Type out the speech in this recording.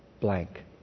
blank